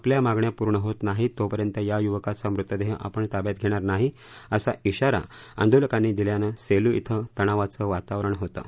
आपल्या मागण्या पूर्ण होत नाहीत तोपर्यंत या युवकाचा मृतदेह आपण ताब्यात घेणार नाही असा शिवारा आंदोलकांनी दिल्यानं सेलू शिं तणावाचं वातावरण होतं